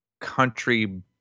country